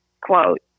quote